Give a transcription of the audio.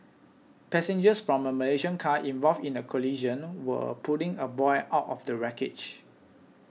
passengers from a Malaysian car involved in the collision were pulling a boy out of the wreckage